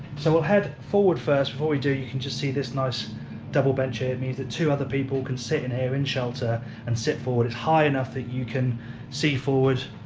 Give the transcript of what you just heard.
so we'll head forward, first before we do, you can just see this nice double bench here, it means that two other people can sit in here in shelter and sit forward, it's high enough that you can see forward,